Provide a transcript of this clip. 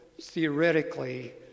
theoretically